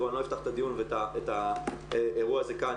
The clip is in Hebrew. אני לא אפתח את הדיון ואת האירוע הזה כאן.